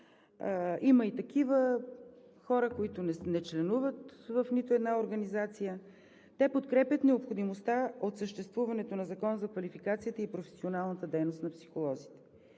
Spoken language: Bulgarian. има и такива хора, които не членуват в нито една организация, те подкрепят необходимостта от съществуването на Закон за квалификацията и професионалната дейност на психолозите,